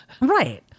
right